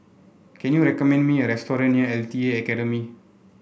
can you recommend me a restaurant near L T A Academy